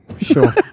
Sure